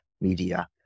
media